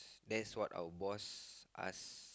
that's what our boss ask